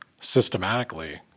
systematically